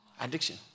Addiction